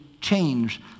change